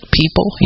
people